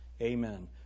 Amen